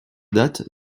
date